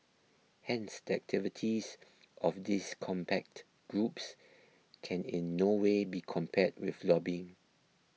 hence the activities of these contact groups can in no way be compared with lobbying